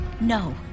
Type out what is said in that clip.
No